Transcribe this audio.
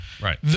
Right